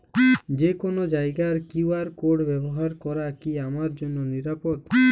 যে কোনো জায়গার কিউ.আর কোড ব্যবহার করা কি আমার জন্য নিরাপদ?